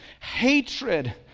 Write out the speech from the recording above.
hatred